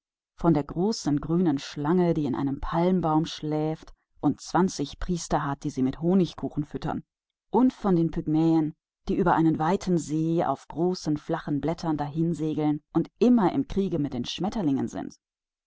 von der großen grünen schlange die in einem palmenbaum schläft und zwanzig priester hat die sie mit honigkuchen füttern und von den pygmäen die auf breiten flachen blättern über einen großen see segeln und mit den schmetterlingen